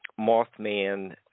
Mothman